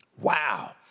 Wow